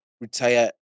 retire